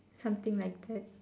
something like that